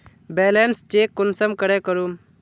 Balance check कुंसम करे करूम?